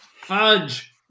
Fudge